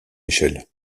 michel